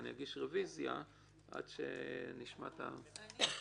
אני אגיש רביזיה עד שנשמע את הממשלה.